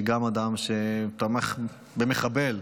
שגם אדם שתמך במחבל,